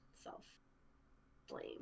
self-blame